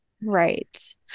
Right